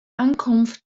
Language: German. ankunft